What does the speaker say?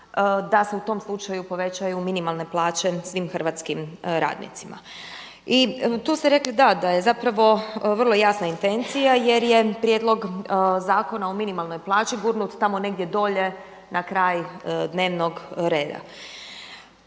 da se u tom slučaju povećaju minimalne plaće svim hrvatskim radnicima. I, tu ste rekli da, da je zapravo vrlo jasna intencija jer je prijedlog Zakona o minimalnoj plaći gurnut tamo negdje dolje na kraj dnevnog reda.